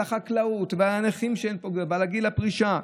על החקלאות ועל הנכים שהם פוגעים ועל גיל הפרישה.